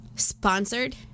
sponsored